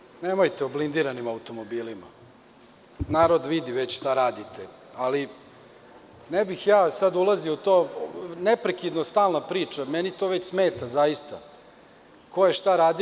Molim vas, nemojte o blindiranim automobilima, narod vidi već šta radite, ali ne bih sad ulazio u to, neprekidna stalna priča, meni to već smeta, zaista, ko je šta radio.